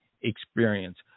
experience